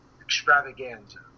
extravaganza